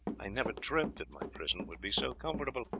i never dreamt that my prison would be so comfortable.